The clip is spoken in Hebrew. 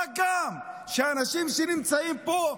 מה גם שאנשים שנמצאים פה,